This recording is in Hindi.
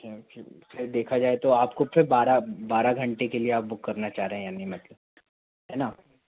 देखा जाए तो आपको बारह बारह घंटे के लिए आप बुक करना चाह रहे है यानि मतलब है ना